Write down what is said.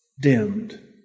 dimmed